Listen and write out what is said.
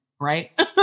Right